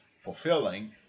fulfilling